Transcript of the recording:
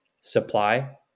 supply